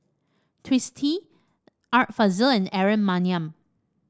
Twisstii Art Fazil and Aaron Maniam